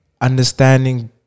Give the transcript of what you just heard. understanding